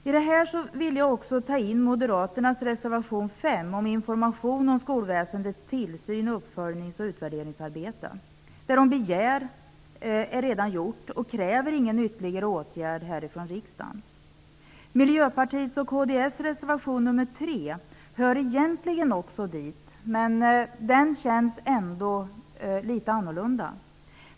I detta sammanhang vill jag också ta upp moderaternas reservation nr 5 om information om skolväsendets tillsyns och uppföljnings och utvärderingsarbete. Det som de begär har redan gjorts och kräver ingen ytterligare åtgärd här i riksdagen. Miljöpartiets och kds reservation nr 3 hör egentligen också dit, men den upplevs ändå som litet annorlunda.